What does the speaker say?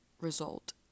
result